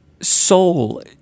Soul